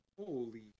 Holy